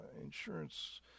insurance